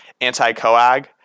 anti-coag